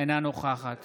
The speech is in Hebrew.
אינה נוכחת